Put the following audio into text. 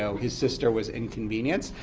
so his sister was inconvenienced,